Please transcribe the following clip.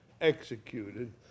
executed